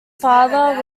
father